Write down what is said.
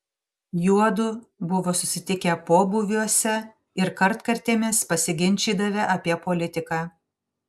juodu buvo susitikę pobūviuose ir kartkartėmis pasiginčydavę apie politiką